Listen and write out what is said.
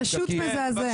פשוט מזעזע.